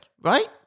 right